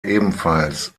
ebenfalls